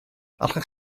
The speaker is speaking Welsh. allech